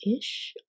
Ish